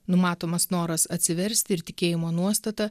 numatomas noras atsiversti ir tikėjimo nuostata